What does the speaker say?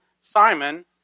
Simon